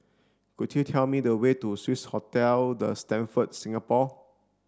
could you tell me the way to Swissotel the Stamford Singapore